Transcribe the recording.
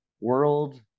world